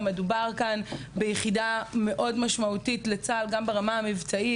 מדובר כאן ביחידה מאוד משמעותית לצה"ל גם ברמה המבצעית.